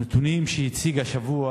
הנתונים שהציג השבוע